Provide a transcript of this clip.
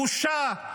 בושה.